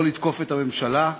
לא לתקוף את הממשלה,